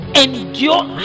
endure